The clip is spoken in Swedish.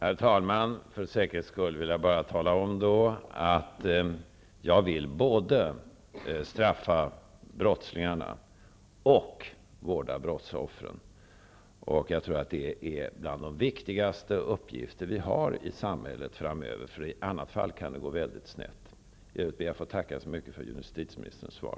Herr talman! För säkerhets skull vill jag då bara tala om att jag vill både straffa brottslingarna och vårda brottsoffren. Jag tror att det är bland de viktigaste uppgifter vi har i samhället framöver, därför att i annat fall kan det gå väldigt snett. I övrigt ber jag att få tacka så mycket för justitieministerns svar.